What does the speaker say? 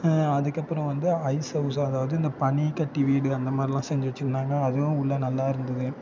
அதுக்கப்புறம் வந்து ice house அதாவது இந்த பனிக்கட்டி வீடு அந்த மாதிரிலாம் செஞ்சு வச்சுருந்தாங்க அதுவும் உள்ளே நல்லா இருந்தது